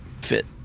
fit